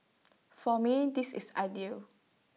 for me this is ideal